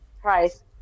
price